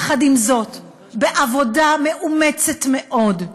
יחד עם זאת, בעבודה מאומצת מאוד,